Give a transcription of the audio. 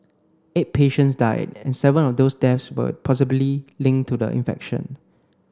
eight patients died and seven of those deaths were possibly linked to the infection